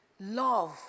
Love